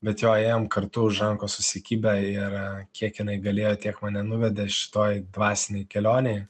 bet jo ėjom kartu už rankų susikibę ir kiek jinai galėjo tiek mane nuvedė šitoj dvasinėj kelionėj